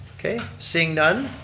okay, seeing none,